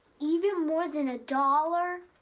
even more than a dollar?